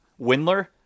Windler